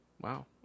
Wow